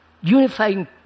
Unifying